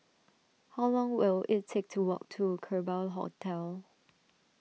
how long will it take to walk to Kerbau Hotel